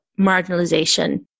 marginalization